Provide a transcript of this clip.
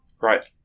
Right